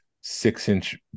six-inch